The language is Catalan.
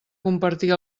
compartir